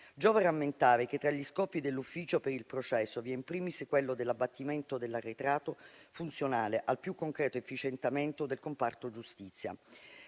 Giova rammentare che tra gli scopi dell'ufficio per il processo vi è *in primis* quello dell'abbattimento dell'arretrato, funzionale al più concreto efficientamento del comparto giustizia.